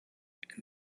and